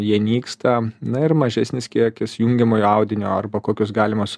jie nyksta na ir mažesnis kiekis jungiamojo audinio arba kokios galimos